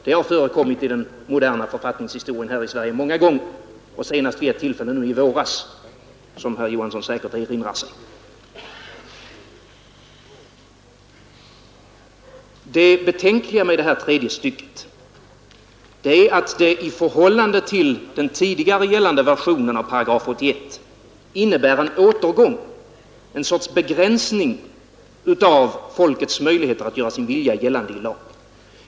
Det har förekommit många gånger i den moderna författningshistorien här i Sverige — senast vid ett tillfälle nu i våras, som herr Johansson säkert erinrar sig. Det betänkliga med det här tredje stycket är att det i förhållande till den tidigare gällande versionen av 81 8 innebär en återgång, ett slags begränsning i lag av folkets möjligheter att göra sin vilja gällande.